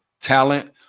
talent